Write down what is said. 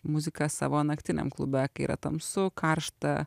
muziką savo naktiniam klube kai yra tamsu karšta